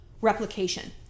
replication